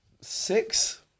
Six